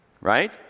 right